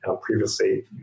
previously